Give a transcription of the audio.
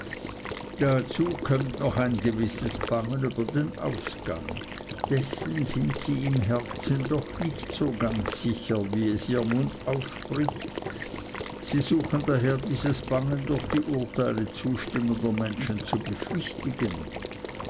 dazu kömmt noch ein gewisses bangen über den ausgang dessen sind sie im herzen doch nicht so ganz sicher wie ihr mund es ausspricht sie suchen daher dieses bangen durch die urteile zustimmender menschen zu beschwichtigen